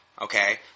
Okay